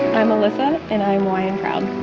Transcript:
i'm alyssa, and i'm y and proud.